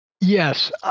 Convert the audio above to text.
Yes